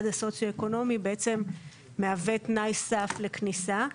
הסוציואקונומי בעצם מהווה תנאי סף לכניסה.